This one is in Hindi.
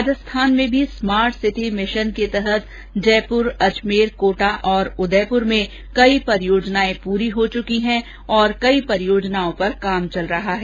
राजस्थान में भी स्मार्ट सिटी मिशन के तहत जयपूर अजमेर कोटा और उदयपूर में कई परियोजनाएं पूरी हो चुकी हैं और कई परियोजनाओं पर काम चल रहा है